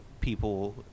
people